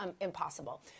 impossible